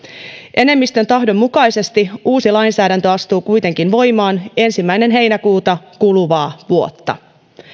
enemmistön tahdon mukaisesti uusi lainsäädäntö astuu kuitenkin voimaan ensimmäinen heinäkuuta kuluvaa vuotta